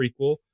prequel